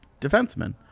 defensemen